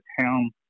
town